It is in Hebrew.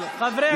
חברי הכנסת.